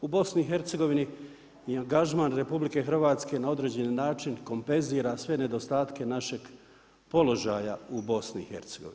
U BiH angažman RH na određeni način kompenzira sve nedostatke našeg položaja u BiH.